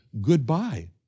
goodbye